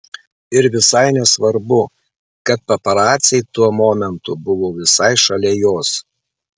ir visai nesvarbu kad paparaciai tuo momentu buvo visai šalia jos